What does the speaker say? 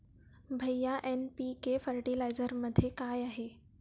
भैय्या एन.पी.के फर्टिलायझरमध्ये काय आहे?